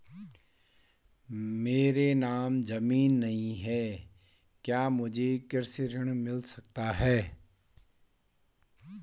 मेरे नाम ज़मीन नहीं है क्या मुझे कृषि ऋण मिल सकता है?